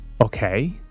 Okay